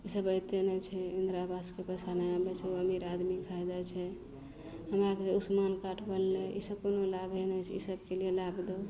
ईसब अइतय नहि छै इन्दिरा आवासके पैसा नहि आबय छै अमीर आदमी खा जाइ छै हमरा आरके आयुष्मान कार्ड बनलय ई सभ कोनो लाभे नहि छै ई सबके लिये लाभ दो